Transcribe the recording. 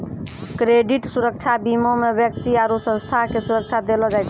credit सुरक्षा बीमा मे व्यक्ति आरु संस्था के सुरक्षा देलो जाय छै